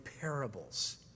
parables